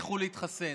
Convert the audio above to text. לכו להתחסן.